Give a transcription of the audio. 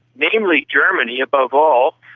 namely germany above all,